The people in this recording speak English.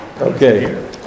Okay